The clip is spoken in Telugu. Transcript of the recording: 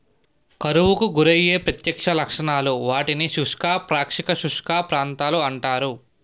కరువుకు గురయ్యే ప్రత్యక్ష లక్షణాలు, వాటిని శుష్క, పాక్షిక శుష్క ప్రాంతాలు అంటారు